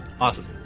Awesome